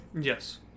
Yes